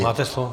Máte slovo.